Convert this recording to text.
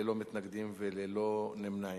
ללא מתנגדים וללא נמנעים.